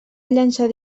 llançar